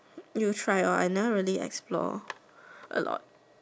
you try lor I never really explore a lot